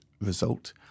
result